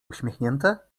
uśmiechnięte